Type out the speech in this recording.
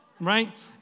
right